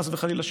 חס וחלילה,